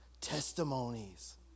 testimonies